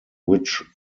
which